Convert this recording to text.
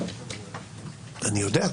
אני יודע,